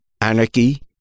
anarchy